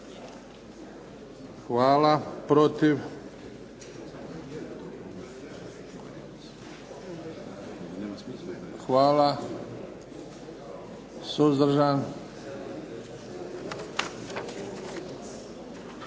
Hvala. Protiv? Hvala. Suzdržan? Hvala.